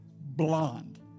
blonde